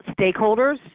stakeholders